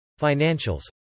financials